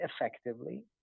effectively